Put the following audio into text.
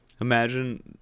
Imagine